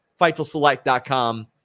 fightfulselect.com